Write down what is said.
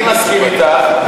אני מסכים אתך,